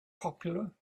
popular